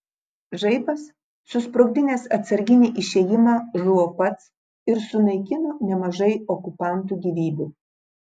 žaibas susprogdinęs atsarginį išėjimą žuvo pats ir sunaikino nemažai okupantų gyvybių